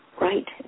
right